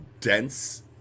dense